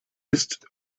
ist